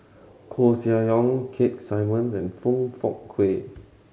Koeh Sia Yong Keith Simmons and Foong Fook Kay